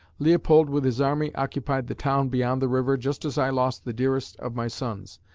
leopold with his army occupied the town beyond the river just as i lost the dearest of my sons,